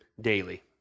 daily